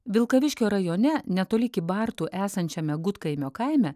vilkaviškio rajone netoli kybartų esančiame gudkaimio kaime